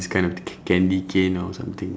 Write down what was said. this kind of c~ candy cane or something